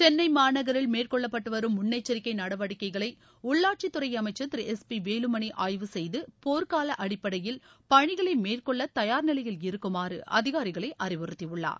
சென்னை மாநகரில் மேற்கொள்ளப்பட்டுவரும் முன்னெச்சரிக்கை நடவடிக்கைகளை உள்ளாட்சித் துறை அமைச்சா் திரு எஸ் பி வேலுமணி ஆய்வு செய்து போா்க்கால அடிப்படையில் பணிகளை மேற்கொள்ள தயார் நிலையில் இருக்குமாறு அதிகாரிகளை அறிவுறுத்தியுள்ளார்